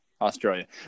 Australia